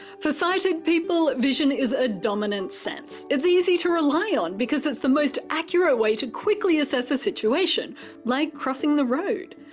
for sighted people, vision is a dominant sense. it's easy to rely on because it's the most accurate way to quickly assess a situation like crossing the road.